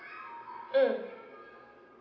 mm